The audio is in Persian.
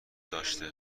داشته